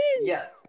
yes